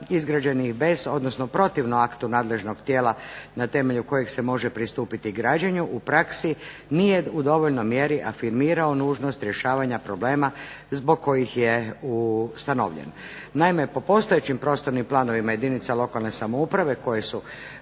izgrađenih bez, odnosno protivno aktu nadležnog tijela na temelju kojeg se može pristupiti građenju u praksi nije u dovoljnoj mjeri afirmirao nužnost rješavanja problema zbog kojih je ustanovljen. Naime, po postojećim prostornim planovima jedinica lokalne samouprave koje su